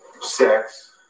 sex